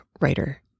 writer